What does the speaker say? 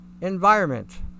environment